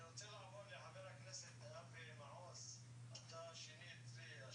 אני רק אומר שבנוסף לזה שהחוק מבוסס היגיון תכנון,